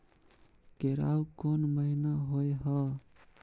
केराव कोन महीना होय हय?